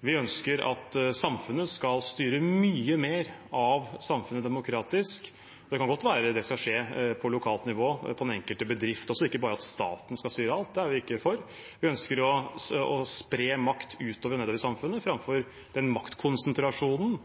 vi ønsker at samfunnet skal styre mye mer av samfunnet demokratisk. Det kan godt være det skal skje på lokalt nivå, på den enkelte bedrift, og ikke bare at staten skal styre alt, det er vi ikke for. Vi ønsker å spre makt utover og nedover i samfunnet framfor den maktkonsentrasjonen